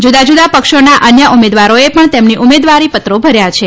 જુદા જુદા પક્ષોના અન્ય ઉમેદવારોએ પણ તેમના ઉમેદવારી પત્રો ભર્યા છે